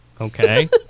Okay